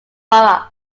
borough